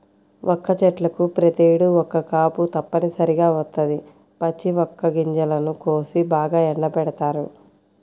వక్క చెట్లకు ప్రతేడు ఒక్క కాపు తప్పనిసరిగా వత్తది, పచ్చి వక్క గింజలను కోసి బాగా ఎండబెడతారు